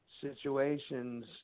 situations